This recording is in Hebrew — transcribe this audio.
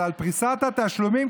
אבל על פריסת התשלומים,